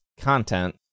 content